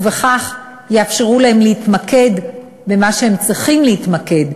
ובכך יאפשרו להם להתמקד במה שהם צריכים להתמקד,